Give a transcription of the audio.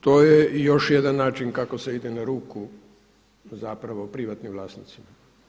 To je i još jedan način kako se ide na ruku zapravo privatnim vlasnicima.